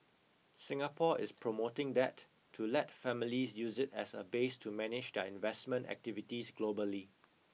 Singapore is promoting that to let families use it as a base to manage their investment activities globally